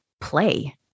play